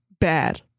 bad